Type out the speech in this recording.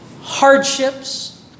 hardships